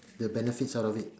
the benefits out of it